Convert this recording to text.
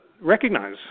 recognize